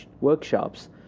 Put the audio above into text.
workshops